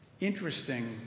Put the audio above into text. interesting